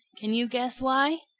can you guess why?